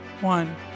One